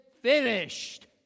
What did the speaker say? finished